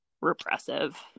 repressive